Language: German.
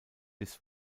bis